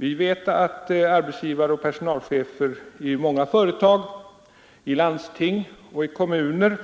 Vi vet att arbetsgivare och personalchefer i många företag, i landsting och i kommuner